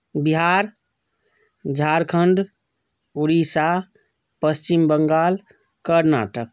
Bihar Jharkhand Orissa Paschim Bangal Karnataka